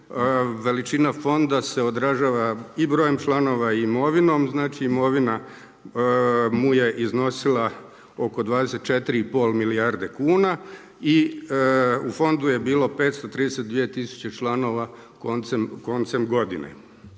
Veličina fonda se odražava i brojem članova i imovinom. Znači imovina mu je iznosila oko 24 i pol milijarde kuna i u fondu je bilo 532 tisuće članova koncem godine.